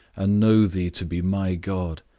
and know thee to be my god,